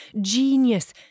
genius